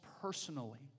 personally